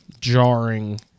jarring